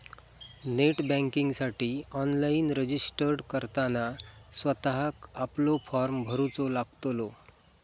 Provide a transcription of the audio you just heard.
net बँकिंगसाठी online registered करताना स्वतःक आपलो फॉर्म भरूचो लागतलो